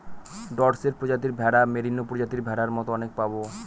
Dorset প্রজাতির ভেড়া, merino প্রজাতির ভেড়ার মতো অনেক পাবো